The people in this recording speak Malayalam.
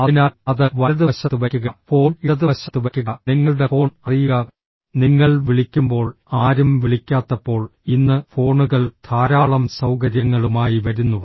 അതിനാൽ അത് വലതുവശത്ത് വയ്ക്കുക ഫോൺ ഇടതുവശത്ത് വയ്ക്കുക നിങ്ങളുടെ ഫോൺ അറിയുക നിങ്ങൾ വിളിക്കുമ്പോൾ ആരും വിളിക്കാത്തപ്പോൾ ഇന്ന് ഫോണുകൾ ധാരാളം സൌകര്യങ്ങളുമായി വരുന്നു